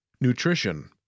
Nutrition